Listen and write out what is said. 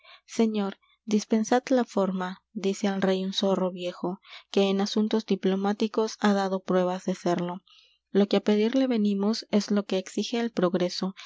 señor dispensad la forma dice al rey un zorro viejo que en asuntos diplomáticos ha dado pruebas de serlo lo que á pedirle venimos es lo que exige el progreso